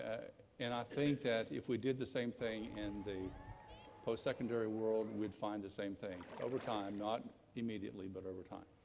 and i think that if we did the same in and the post-secondary world, we'd find the same thing, over time, not immediately, but over time.